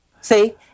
See